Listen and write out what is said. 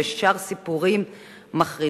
ושאר סיפורים מחרידים,